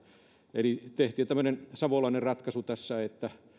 eli tehtiin tämmöinen savolainen ratkaisu tässä että